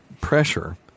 pressure